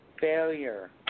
failure